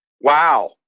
wow